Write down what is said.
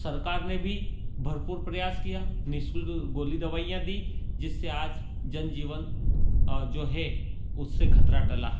सरकार ने भी भरपूर प्रयास किया निःशुल्क गोली दवाईयाँ दीं जिससे आज जनजीवन जो है उससे खतरा टला